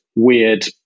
Weird